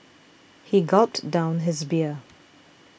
he gulped down his beer